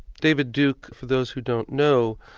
david duke, for those who don't know,